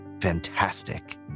fantastic